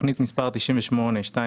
תכנית מס' 982601